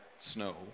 snow